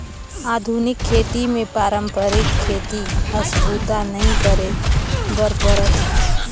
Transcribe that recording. आधुनिक खेती मे पारंपरिक खेती अस बूता नइ करे बर परत हे